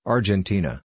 Argentina